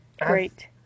great